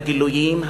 הגילויים,